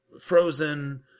Frozen